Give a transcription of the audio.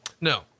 No